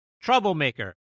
Troublemaker